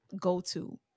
go-to